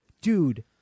Dude